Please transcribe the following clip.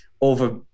over